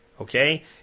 Okay